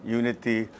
unity